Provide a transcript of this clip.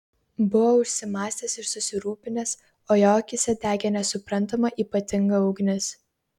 buvo užsimąstęs ir susirūpinęs o jo akyse degė nesuprantama ypatinga ugnis